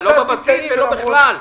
לא בבסיס ולא בכלל.